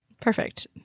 Perfect